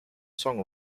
song